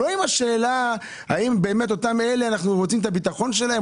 לא עם השאלה האם אנחנו רוצים את הביטחון של אותם אלה,